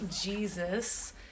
jesus